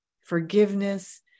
forgiveness